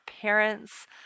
parents